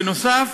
בנוסף,